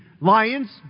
lions